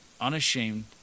unashamed